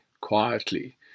quietly